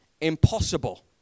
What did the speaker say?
impossible